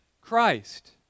Christ